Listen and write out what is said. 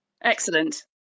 excellent